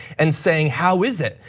and saying, how is it?